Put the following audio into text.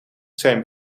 zijn